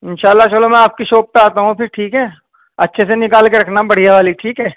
ان شاء اللہ چلو میں آپ کی شاپ پہ آتا ہوں پھر ٹھیک ہے اچھے سے نکال کے رکھنا بڑھیا والی ٹھیک ہے